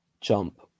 jump